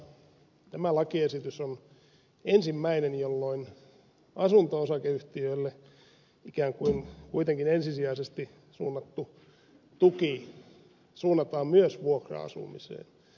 muistini mukaan tämä lakiesitys on ensimmäinen jolloin asunto osakeyhtiöille ikään kuin ensisijaisesti suunnattu tuki suunnataan myös vuokra asumiseen